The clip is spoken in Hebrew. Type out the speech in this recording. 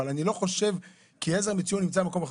אבל אני לא חושב, כי עזר מציון נמצא במקום אחר.